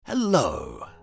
Hello